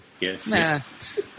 Yes